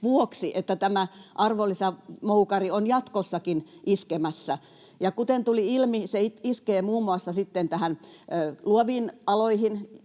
vuoksi, että tämä arvonlisäveromoukari on jatkossakin iskemässä. Kuten tuli ilmi, se iskee muun muassa sitten näihin